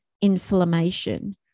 inflammation